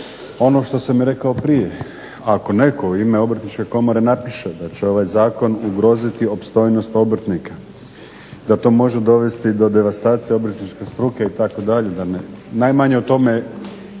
ono što sam rekao i prije, ako netko u ime Obrtničke komore napiše da će ovaj zakon ugroziti opstojnost obrtnika, da to može dovesti do devastacije obrtničke struke itd. da ne nabrajam, najmanje o tome